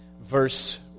verse